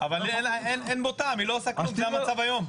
אבל אין בו טעם, היא לא עושה כלום, זה המצב היום.